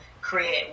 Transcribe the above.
create